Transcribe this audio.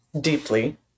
deeply